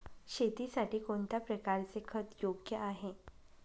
शेतीसाठी कोणत्या प्रकारचे खत योग्य आहे?